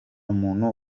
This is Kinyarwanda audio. muntu